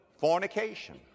fornication